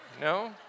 No